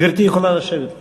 גברתי יכולה לשבת.